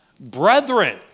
brethren